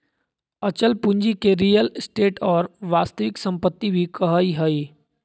अचल पूंजी के रीयल एस्टेट और वास्तविक सम्पत्ति भी कहइ हइ